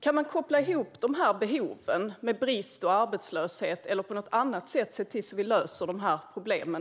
Kan man koppla ihop arbetskraftsbrist och arbetslöshet eller på något annat sätt se till att vi löser de här problemen?